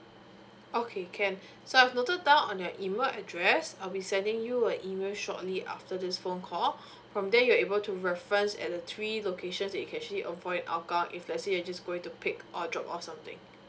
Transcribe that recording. okay can so I've noted down on your email address I'll be sending you a email shortly after this phone call from there you're able to reference at the three locations that you can actually avoid hougang if let's say you're just going to pick or drop off or something